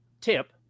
tip